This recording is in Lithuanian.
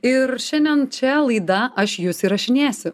ir šiandien čia laida aš jus įrašinėsiu